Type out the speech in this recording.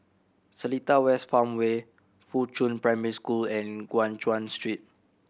Seletar West Farmway Fuchun Primary School and Guan Chuan Street